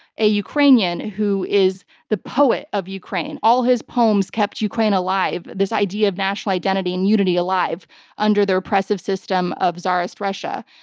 a ukrainian who is the poet of ukraine. all his poems kept ukraine alive. this idea of national identity and unity alive under the oppressive system of tsarist russia,